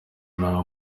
nta